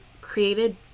created